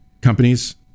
companies